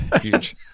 Huge